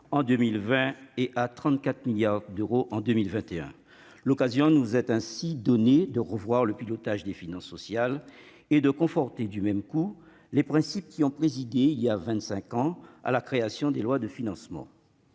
en 2020 et à 34 milliards d'euros en 2021. L'occasion nous est ainsi donnée de revoir le pilotage des finances sociales et de conforter du même coup les principes qui ont présidé, voilà vingt-cinq ans, à la création des lois de financement